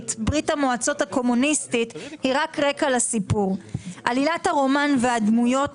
אבל הורדנו את זה.